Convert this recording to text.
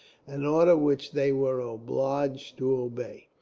an order which they were obliged to obey.